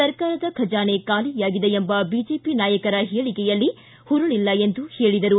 ಸರ್ಕಾರದ ಖಜಾನೆ ಖಾಲಿಯಾಗಿದೆ ಎಂಬ ಬಿಜೆಪಿ ನಾಯಕರ ಹೇಳಿಕೆಯಲ್ಲಿ ಹುರುಳಿಲ್ಲ ಎಂದು ಹೇಳಿದರು